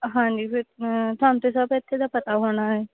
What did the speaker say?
ਹਾਂਜੀ ਫਿਰ ਤੁਹਾਨੂੰ ਤਾਂ ਸਭ ਇੱਥੇ ਦਾ ਪਤਾ ਹੋਣਾ ਹੈ